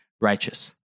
righteous